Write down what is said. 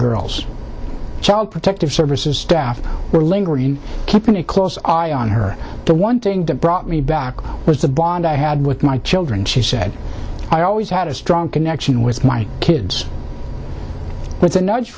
girls child protective services staff were lingering keeping a close eye on her the one thing that brought me back was the bond i had with my children she said i always had a strong connection with my kids with a nudge